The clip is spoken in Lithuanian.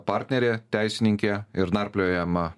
partnerė teisininkė ir narpliojama